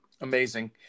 Amazing